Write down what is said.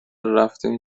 رفتیم